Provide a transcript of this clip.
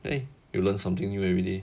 !hey! you learn something new every day